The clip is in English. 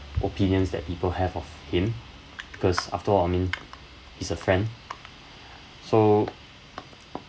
opinions that people have of him because after all I mean is a friend so